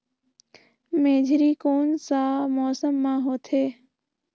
मेझरी कोन सा मौसम मां होथे?